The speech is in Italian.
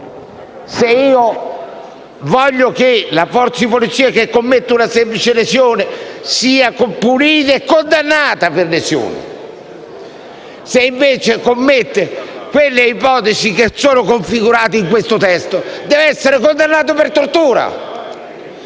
Io voglio che la forza di polizia che commette una semplice lesione sia punita e condannata per lesioni; se invece commette le ipotesi che sono configurate in questo testo deve essere condannata per tortura.